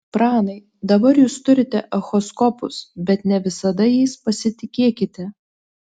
pranai dabar jūs turite echoskopus bet ne visada jais pasitikėkite